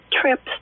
trips